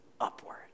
upward